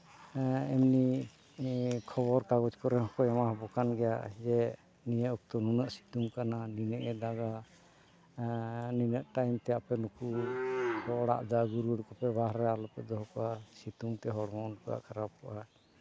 ᱮᱢᱱᱤ ᱠᱷᱚᱵᱚᱨ ᱠᱟᱜᱚᱡᱽ ᱠᱚᱨᱮᱫ ᱦᱚᱸᱠᱚ ᱮᱢᱟ ᱵᱚᱱ ᱠᱟᱱ ᱜᱮᱭᱟ ᱡᱮ ᱱᱤᱭᱟᱹ ᱚᱠᱛᱚ ᱱᱩᱱᱟᱹᱜ ᱥᱤᱛᱩᱜ ᱠᱟᱱᱟ ᱱᱤᱱᱟᱹᱜ ᱮ ᱫᱟᱜᱟ ᱟᱨ ᱱᱤᱱᱟᱹᱜ ᱴᱟᱭᱤᱢᱛᱮ ᱟᱯᱮ ᱱᱩᱠᱩ ᱚᱲᱟᱜ ᱫᱚ ᱟᱹᱜᱩ ᱨᱩᱭᱟᱹᱲ ᱠᱚᱯᱮ ᱵᱟᱦᱨᱮ ᱨᱮ ᱟᱞᱚ ᱯᱮ ᱫᱚᱦᱚ ᱠᱚᱣᱟ ᱥᱤᱛᱩᱜ ᱛᱮ ᱦᱚᱲᱢᱚ ᱱᱩᱠᱩᱣᱟᱜ ᱠᱷᱟᱨᱟᱯᱚᱜᱼᱟ